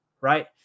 right